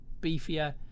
beefier